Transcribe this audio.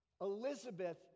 Elizabeth